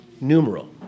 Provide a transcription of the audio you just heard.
Numeral